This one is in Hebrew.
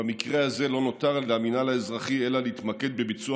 במקרה הזה לא נותר למינהל האזרחי אלא להתמקד בביצוע